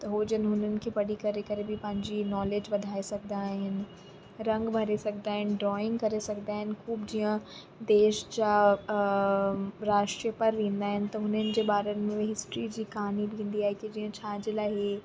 त हो जण हुननि खे पढ़ी करे बि पंहिंजी नॉलेज वधाए सघंदा आहिनि रंग भरे सघंदा आहिनि ड्रॉइंग करे सघंदा आहिनि खूब जीअं देश जा राष्ट्रीय पर्व ईंदा आहिनि त हुननि जे बारनि में हिस्ट्री जी कहाणी बि ईंदी आहे की जीअं छा जे लाइ